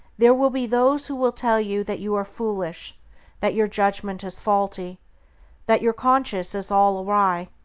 there will be those who will tell you that you are foolish that your judgment is faulty that your conscience is all awry,